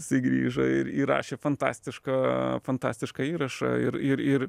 jisai grįžo ir įrašė fantastišką fantastišką įrašą ir ir ir